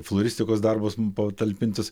floristikos darbus patalpintus